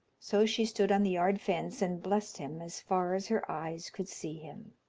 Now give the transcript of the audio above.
so she stood on the yard fence and blessed him as far as her eyes could see him.